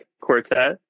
quartet